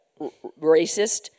racist